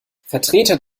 vertreter